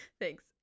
Thanks